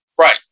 right